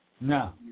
No